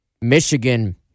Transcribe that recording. Michigan